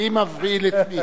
מי מבהיל את מי,